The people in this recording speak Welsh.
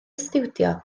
stiwdio